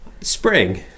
Spring